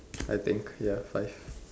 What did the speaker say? I think ya five